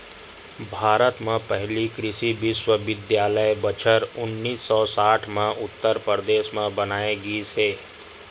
भारत म पहिली कृषि बिस्वबिद्यालय बछर उन्नीस सौ साठ म उत्तर परदेस म बनाए गिस हे